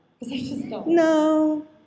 No